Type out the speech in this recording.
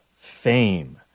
fame